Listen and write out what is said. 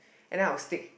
and then I will stick